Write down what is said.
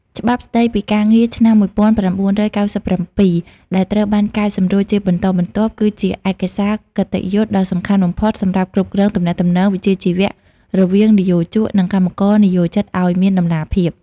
ច្បាប់ស្តីពីការងារឆ្នាំ ១៩៩៧ ដែលត្រូវបានកែសម្រួលជាបន្តបន្ទាប់ គឺជាឯកសារគតិយុត្តិដ៏សំខាន់បំផុតសម្រាប់គ្រប់គ្រងទំនាក់ទំនងវិជ្ជាជីវៈរវាងនិយោជក និងកម្មករនិយោជិតឱ្យមានតម្លាភាព។